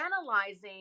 analyzing